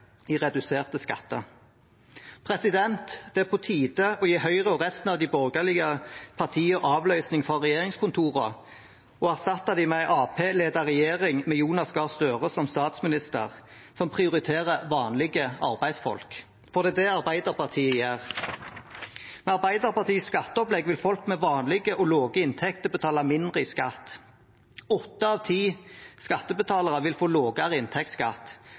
i form av reduserte skatter. Det er på tide å gi Høyre og resten av de borgerlige partiene avløsning fra regjeringskontorene og erstatte dem med en Arbeiderparti-ledet regjering, med Jonas Gahr Støre som statsminister, som prioriterer vanlige arbeidsfolk. Det er det Arbeiderpartiet gjør. Med Arbeiderpartiets skatteopplegg vil folk med vanlige og lave inntekter betale mindre i skatt. Åtte av ti skattebetalere vil få lavere inntektsskatt,